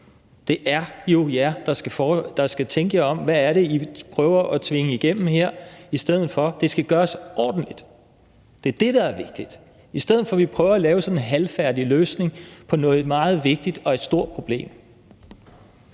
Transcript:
Det er jo jer, der skal tænke jer om. Hvad er det, I prøver at tvinge igennem med det her? Det skal gøres ordentligt. Det er det, der er vigtigt. Det skal ikke være sådan en halvfærdig løsning på noget meget vigtigt, der er et stort problem.